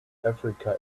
africa